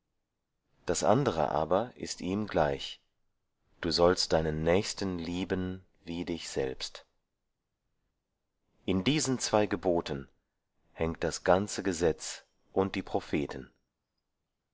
das andere aber ist ihm gleich du sollst deinen nächsten lieben wie dich selbst in diesen zwei geboten hängt das ganze gesetz und die propheten